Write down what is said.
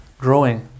growing